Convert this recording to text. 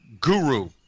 guru